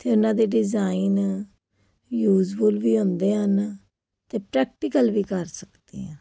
ਅਤੇ ਉਹਨਾਂ ਦੇ ਡਿਜ਼ਾਇਨ ਯੂਜਫੁਲ ਵੀ ਹੁੰਦੇ ਹਨ ਅਤੇ ਪ੍ਰੈਕਟੀਕਲ ਵੀ ਕਰ ਸਕਦੇ ਹਾਂ